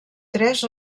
tres